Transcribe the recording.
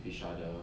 which one